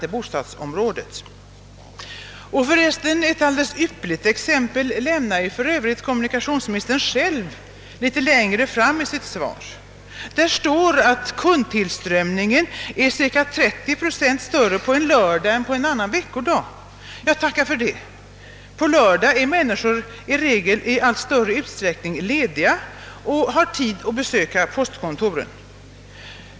Kommunikationsministern ger för resten själv ett alldeles ypperligt exempel litet längre fram i sitt svar, där han säger att kundtillströmningen är cirka 30 procent större på en lördag än på en annan veckodag. Ja, tacka för det; på lördagarna har människorna i allt större utsträckning ledigt och har då tid att besöka postkontoret.